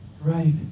Right